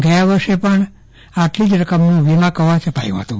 ગયા વરસે પણ આટલી જ રકમનું વિમા કવચન અપાયું હતું